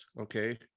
okay